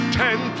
ten